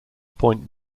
point